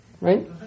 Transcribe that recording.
Right